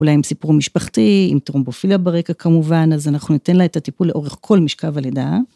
אולי עם סיפור משפחתי, עם טרומבופילה ברקע כמובן, אז אנחנו ניתן לה את הטיפול לאורך כל משכב הלידה.